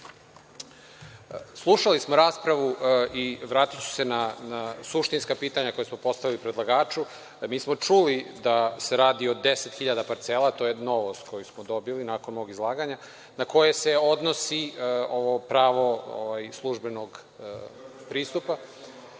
Slušali smo raspravu i vratiću se na suštinska pitanja koja smo postavili predlagaču. Mi smo čuli da se radi o deset hiljada parcela, to je novost koju smo dobili nakon ovog izlaganja, na koju se odnosi ovo pravo službenog pristupa,